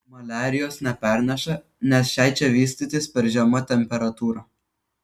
maliarijos neperneša nes šiai čia vystytis per žema temperatūra